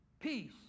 Peace